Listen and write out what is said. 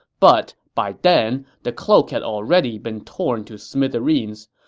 but by then, the cloak had already been torn to smithereens.